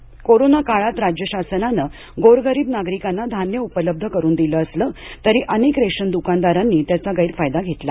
परवाने रद्द नाशिक कोरोना काळात राज्य शासनानं गोरगरीब नागरिकांना धान्य उपलब्ध करून दिलं असलं तरी अनेक रेशन द्कानदारांनी त्याचा गैरफायदा घेतला